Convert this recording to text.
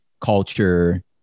culture